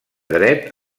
dret